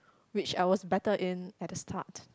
which I was better in at the start